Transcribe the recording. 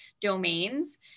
domains